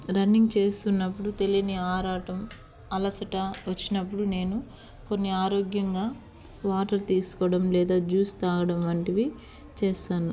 running చేస్తున్నప్పుడు తెలియని ఆరాటం అలసట వచ్చినప్పుడు నేను కొన్ని ఆరోగ్యంగా వాటర్ తీసుకోవడం లేదా జ్యూస్ తాగడం వంటివి చేస్తాను